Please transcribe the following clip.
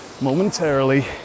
momentarily